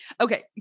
Okay